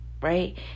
right